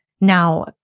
Now